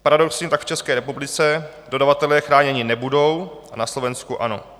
Paradoxně tak v České republice dodavatelé chráněni nebudou a na Slovensku ano.